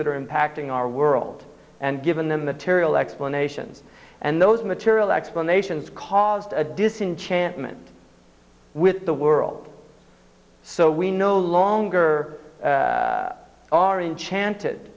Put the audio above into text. that are impacting our world and given them the tiriel explanations and those material explanations caused a disenchantment with the world so we no longer are enchanted